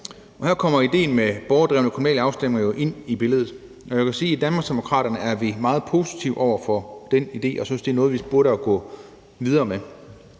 Her kommer idéen med borgerdrevne kommunale afstemninger jo ind i billedet, og jeg vil sige, at i Danmarksdemokraterne er vi meget positive over for den idé og synes, det er noget, vi burde gå videre med.